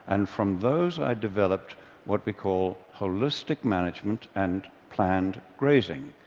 and from those i developed what we call holistic management and planned grazing,